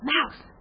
Mouse